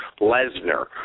Lesnar